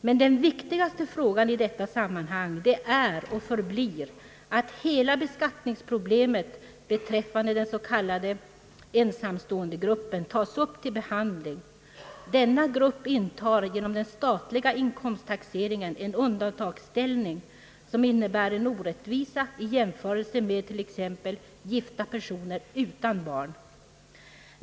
Men den viktigaste frågan i detta sammanhang är och förblir att hela beskattningsproblemet beträffande den s.k. ensamståendegruppen tas upp till behandling. Denna grupp intar genom den statliga inkomsttaxeringen en undantagsställning, som innebär en orättvisa i jämförelse med t.ex. gifta personer utan barn.